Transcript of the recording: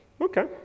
Okay